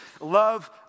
love